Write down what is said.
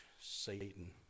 Satan